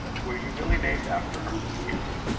were you really named after her, miss cameron?